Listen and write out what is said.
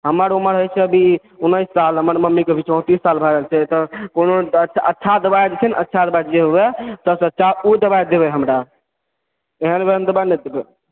हमर ऊमर होइ छै अभी उन्नैस साल हमर मम्मी के अभी चौंतीस साल भए रहल छै तऽ कोनो अच्छा दवाइ जे छै ने अच्छा दवाइ जे हुवए सबसँ अच्छा ओ दवाइ देबै हमरा एहन वेहन दवाइ नहि देबै